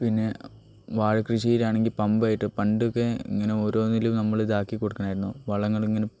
പിന്നെ വാഴക്കൃഷിയിലാണെങ്കിൽ പമ്പായിട്ട് പണ്ടൊക്കെ ഇങ്ങനെ ഓരോന്നിലും നമ്മളിതാക്കി കൊടുക്കണമായിരുന്നു വളങ്ങളിങ്ങനെ